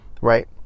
right